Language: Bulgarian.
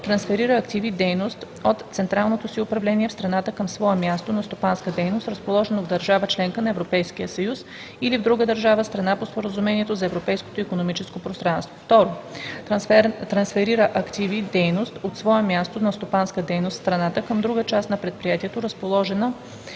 трансферира активи/дейност от централното си управление в страната към свое място на стопанска дейност, разположено в държава – членка на Европейския съюз, или в друга държава – страна по Споразумението за Европейското икономическо пространство; 2. трансферира активи/дейност от свое място на стопанска дейност в страната към друга част на предприятието, разположена